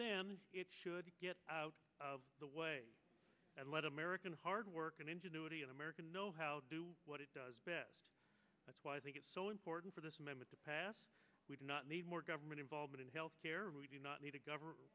then it should get out of the way and let american hard work and ingenuity in america know how to do what it does best that's why i think it's so important for this amendment to pass we do not need more government involvement in health care we do not need a government